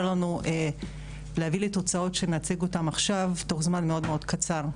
לנו להביא לתוצאות שנציג אותן עכשיו תוך זמן מאוד מאוד קצר.